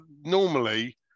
normally